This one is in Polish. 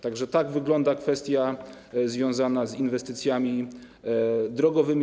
Tak wygląda kwestia związana z inwestycjami drogowymi.